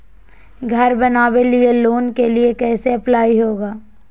घर बनावे लिय लोन के लिए कैसे अप्लाई होगा?